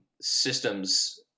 systems